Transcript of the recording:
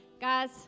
Guys